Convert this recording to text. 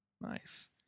Nice